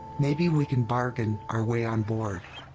maybe we can bargain our way on board.